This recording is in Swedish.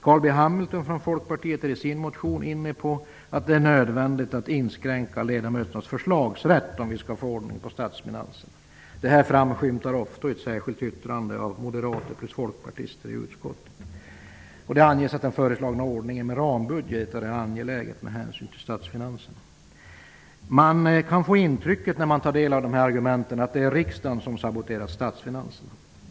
Carl B Hamilton från Folkpartiet är i sin motion inne på att det är nödvändigt att inskränka ledamöternas förslagsrätt om vi skall få ordning på statsfinanserna. Detta framskymtar i ett särskilt yttrande av moderater och folkpartister i utskottet. Det anges att den förslagna ordningen med rambudgetar är angelägen med hänsyn till statsfinanserna. När man tar del av dessa argument kan man få intrycket att det är riksdagen som saboterar statsfinanserna.